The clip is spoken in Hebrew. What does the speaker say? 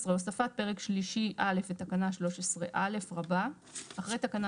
12. הוספת פרק שלישי א' ותקנה 13א. אחרי תקנה